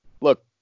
look